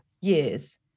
years